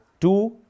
two